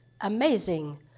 amazing